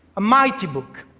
a mighty book,